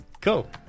Cool